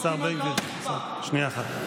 השר בן גביר, שנייה אחת.